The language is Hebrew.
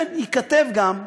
כן, ייכתב גם,